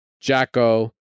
Jacko